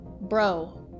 bro